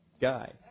guy